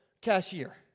cashier